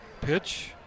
pitch